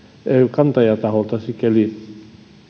kantajan taholta sikäli